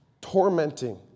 tormenting